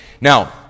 Now